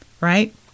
right